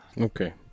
Okay